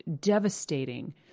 devastating